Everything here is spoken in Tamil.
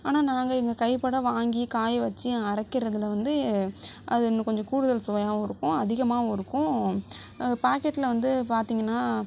ஆனால் நாங்கள் எங்கள் கை பட வாங்கி காய வச்சு அரைக்கிறதுல வந்து அது இன்னும் கொஞ்சம் கூடுதல் சுவையாகவும் இருக்கும் அதிகமாகவும் இருக்கும் பாக்கெட்டில வந்து பார்த்திங்கனா